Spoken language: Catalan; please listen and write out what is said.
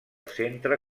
centre